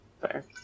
Fair